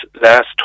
last